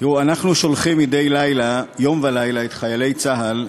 אנחנו שולחים מדי יום ולילה את חיילי צה"ל,